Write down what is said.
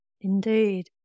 Indeed